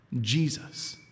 Jesus